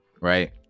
Right